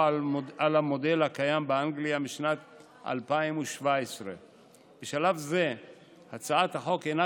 על המודל הקיים באנגליה משנת 2017. בשלב זה הצעת החוק אינה